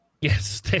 yes